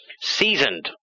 seasoned